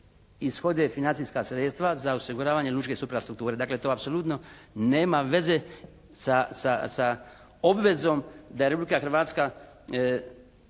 ishode financijska sredstva za osiguravanje lučke suprastrukture. Dakle to apsolutno nema veze sa obvezom da Republika Hrvatska